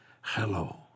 hello